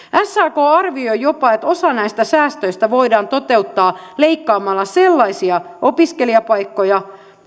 sak arvioi jopa että osa näistä säästöistä voidaan toteuttaa leikkaamalla sellaisten alojen opiskelijapaikkoja